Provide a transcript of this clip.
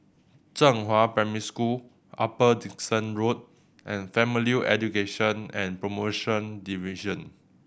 Zhenghua Primary School Upper Dickson Road and Family Education and Promotion Division